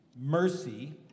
mercy